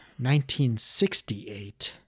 1968